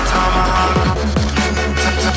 Tomahawk